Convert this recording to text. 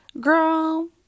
girl